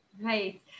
Right